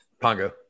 pongo